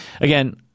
again